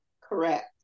Correct